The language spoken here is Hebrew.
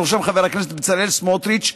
ובראשם חבר הכנסת בצלאל סמוטריץ,